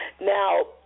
Now